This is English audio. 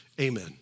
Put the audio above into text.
Amen